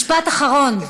משפט אחרון.